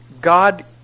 God